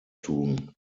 tun